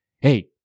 hey